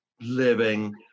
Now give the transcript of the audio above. living